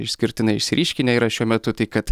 išskirtinai išsiryškinę yra šiuo metu tai kad